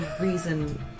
reason